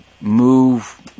move